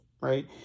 right